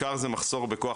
אני חייבת לומר כאן לכולם,